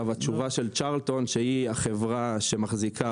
התשובה של צ'רלטון, שהיא החברה שמחזיקה